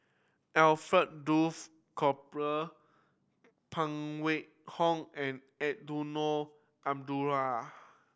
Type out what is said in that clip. Alfred Duff Cooper Phan Wait Hong and Eddino Abdul